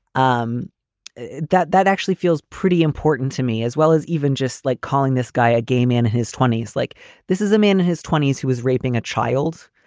um that that actually feels pretty important to me as well as even just like calling this guy a gay man in his twenty s, like this is him in his twenty s, he was raping a child.